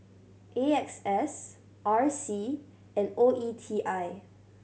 A X S R C and O E T I